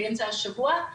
באמצע השבוע.